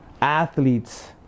athletes